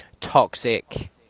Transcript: toxic